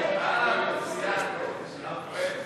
את הצעת חוק שירותי הדת היהודיים